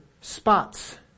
spots